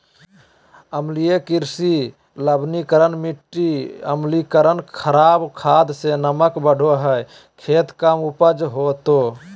जलीय कृषि लवणीकरण मिटी अम्लीकरण खराब खाद से नमक बढ़े हइ खेत कम उपज होतो